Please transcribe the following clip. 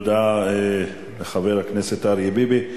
תודה לחבר הכנסת אריה ביבי.